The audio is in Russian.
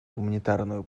гуманитарную